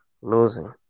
losing